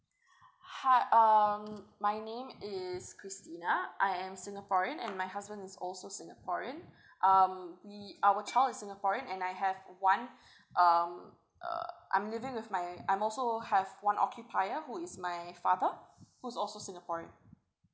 hi um my name is christina I am singaporean and my husband is also singaporean um we our child is singaporean and I have one um uh I'm living with my I'm also have one occupier who is my father who's also singaporean